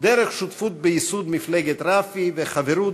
דרך שותפות בייסוד מפלגת רפ"י וחברות